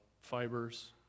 fibers